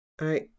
I-